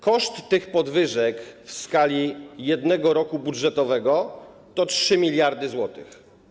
Koszt tych podwyżek w skali 1 roku budżetowego to 3 mld zł.